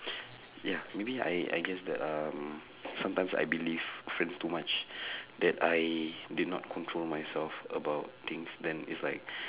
ya maybe I I guess that um sometimes I believe friends too much that I did not control myself about things then it's like